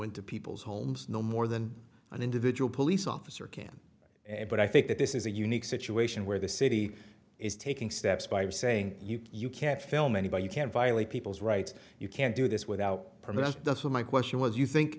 into people's homes no more than an individual police officer can but i think that this is a unique situation where the city is taking steps by saying you can't film anybody you can't violate people's rights you can't do this without permission that's what my question was you think